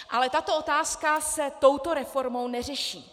Ale tato otázka se touto reformou neřeší.